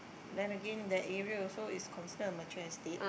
then again that area also is consider a mature estate